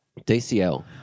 DCL